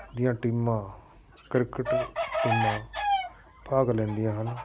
ਦੀਆਂ ਟੀਮਾਂ ਕ੍ਰਿਕਟ ਟੀਮਾਂ ਭਾਗ ਲੈਂਦੀਆਂ ਹਨ